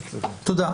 תודה.